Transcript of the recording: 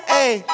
Hey